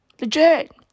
Legit